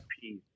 peace